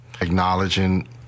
acknowledging